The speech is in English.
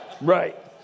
Right